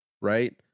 right